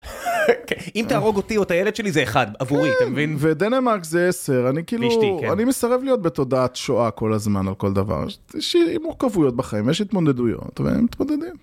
אם תהרוג אותי או את הילד שלי זה אחד עבורי תבין ודנמרק זה 10 אני כאילו אני מסרב להיות בתודעת שואה כל הזמן על כל דבר. שירים מורכבויות בחיים יש התמודדויות ומתמודדים.